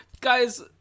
Guys